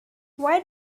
why